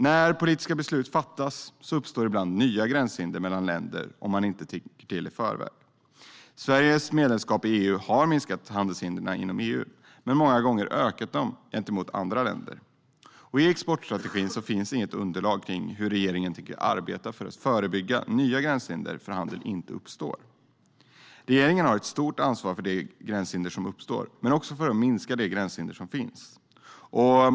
När politiska beslut fattas uppstår ibland nya gränshinder mellan länder om man inte tänker till i förväg. Sveriges medlemskap i EU har minskat handelshindren inom EU men många gånger ökat dem gentemot andra länder. I exportstrategin finns inget underlag till hur regeringen tänker arbeta för att förebygga att nya gränshinder för handel uppstår. Regeringen har ett stort ansvar för de gränshinder som uppstår men också för att minska de gränshinder som finns.